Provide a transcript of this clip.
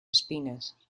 espinas